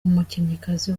umukinnyikazi